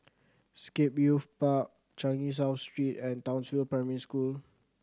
Scape Youth Park Changi South Street and Townsville Primary School